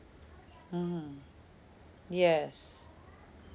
mm yes